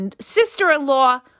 Sister-in-law